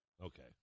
Okay